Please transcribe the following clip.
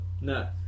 No